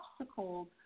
obstacles